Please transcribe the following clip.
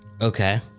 Okay